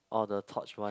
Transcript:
or the torch one